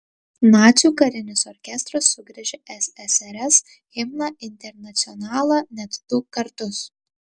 nacių karinis orkestras sugriežė ssrs himną internacionalą net du kartus